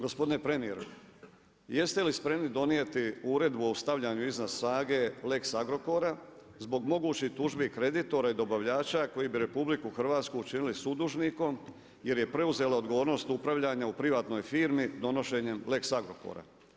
Gospodine premjer, jeste li spremni donijeti uredbu o stavljanju iznad sage lex Agrokora, zbog mogućih tužbi kreditora i dobavljača koji bi RH učinili sudužnikom, jer je preuzela odgovornost upravljanja u privatnoj firmi, donošenjem lex Agrokora.